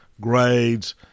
grades